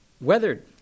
weathered